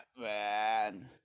man